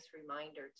reminder